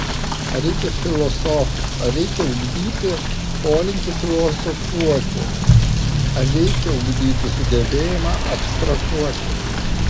ar reikia filosofų ar reikia ugdyti polinkį filosofuoti ar reikia ugdyti sugebėjimą abstrahuoti